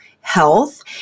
health